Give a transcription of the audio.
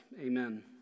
amen